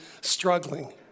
struggling